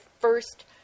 first